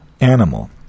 animal